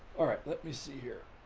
all right. let me see here.